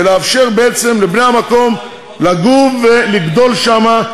ולאפשר בעצם לבני המקום לגור ולגדול שם.